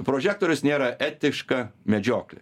prožektorius nėra etiška medžioklė